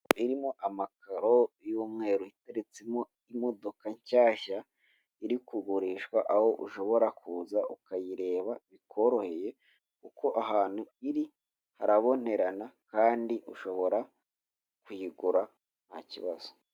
Irimo amakaro y'umweru ateretsemo imodoka nshyashya, iri kugurishwa aho ushobora kuza ukayireba bikoroheye, kuko ahantu iri harabonerana, kandi ushobora kuyigura nta kibazo.